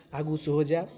आगू सेहो जायब